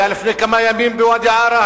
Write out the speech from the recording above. היה לפני כמה ימים בוואדי-עארה,